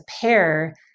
pair